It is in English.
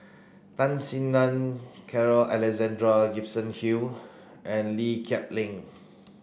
Tan Sin Nun Carl Alexander Gibson Hill and Lee Kip Lee